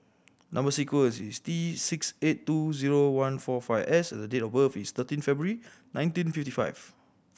number sequence is T six eight two zero one four five S the date of birth is thirteen February nineteen fifty five